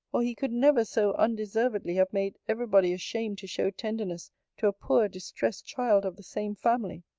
or he could never so undeservedly have made every body ashamed to show tenderness to a poor distressed child of the same family.